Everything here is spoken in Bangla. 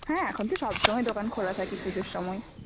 হ্যাঁ এখন তো সব সময়ই দোকান খোলা থাকে পুজোর সময়